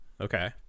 okay